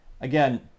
again